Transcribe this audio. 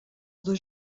dos